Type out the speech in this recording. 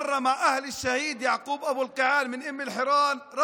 פעם עם משפחתו של השהיד יעקוב אבו אלקיעאן מאום אל-חיראן,